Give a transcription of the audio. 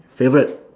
favourite